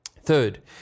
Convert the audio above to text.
Third